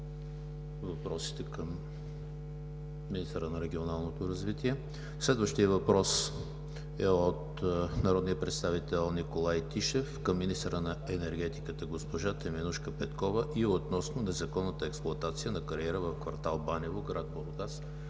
въпросите към министъра на регионалното развитие. Следващият въпрос е от народния представител Николай Тишев към министъра на енергетиката госпожа Теменужка Петкова относно незаконната експлоатация на кариера в кв. „Банево“, град Бургас.